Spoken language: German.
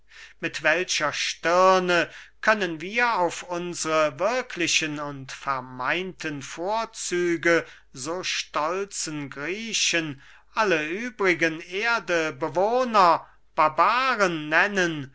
mit welcher stirne können wir auf unsre wirklichen und vermeinten vorzüge so stolzen griechen alle übrigen erdebewohner barbaren nennen